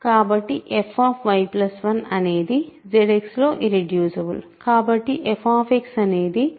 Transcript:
కాబట్టి fy1 అనేది ZX లో ఇరెడ్యూసిబుల్